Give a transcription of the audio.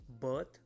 birth